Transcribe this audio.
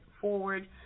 forward